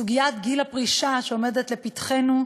סוגיית גיל הפרישה עומדת לפתחנו,